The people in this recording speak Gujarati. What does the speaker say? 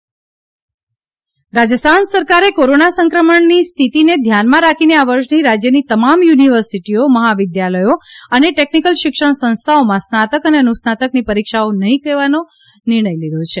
રાજસ્થાન કોવિડ રાજસ્થાન સરકારે કોરોના સંક્રમણની સ્થિતિને ધ્યાનમાં રાખીને આ વર્ષની રાજ્યની તમામ યુનિવર્સિટીઓ મહાવિદ્યાલયો અને ટેકનિકલ શિક્ષણ સંસ્થાઓમાં સ્નાતક અને અનુસ્નાતકની પરીક્ષાઓ નહી કરવાનો નિર્ણય કર્યો છે